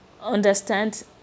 understand